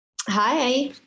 Hi